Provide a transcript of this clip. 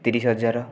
ତିରିଶ ହଜାର